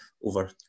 over